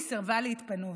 היא סירבה להתפנות.